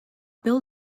bill